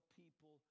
people